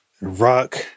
rock